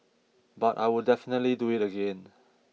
but I would definitely do it again